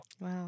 Wow